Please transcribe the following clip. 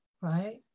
right